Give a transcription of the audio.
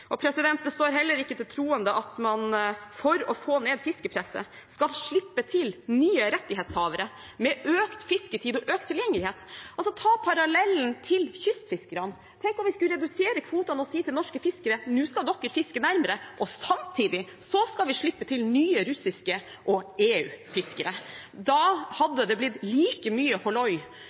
Det står heller ikke til troende at man for å få ned fiskepresset skal slippe til nye rettighetshavere med økt fisketid og økt tilgjengelighet. Ta parallellen til kystfiskerne. Tenk om vi skulle redusere kvotene og si til norske fiskere: Nå skal dere fiske mindre, og samtidig skal vi slippe til nye russiske fiskere og EU-fiskere. Da hadde det blitt like mye